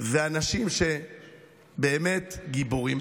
ואנשים שבאמת גיבורים.